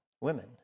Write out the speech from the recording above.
women